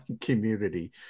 community